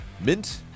mint